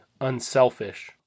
unselfish